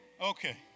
Okay